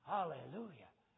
Hallelujah